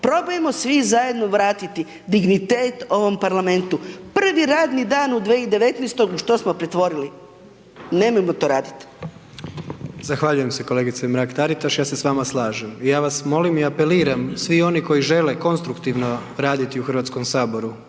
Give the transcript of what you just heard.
Probajmo svi zajedno vratiti dignitet ovom Parlamentu. Prvi radni dan u 2019.-toj u što smo pretvorili? Nemojmo to raditi. **Jandroković, Gordan (HDZ)** Zahvaljujem se kolegice Mrak Taritaš, ja se s vama slažem, ja vas molim i apeliram, svi oni koji žele konstruktivno raditi u HS-u koji